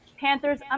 Panthers